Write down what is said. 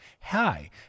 hi